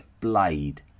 blade